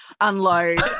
unload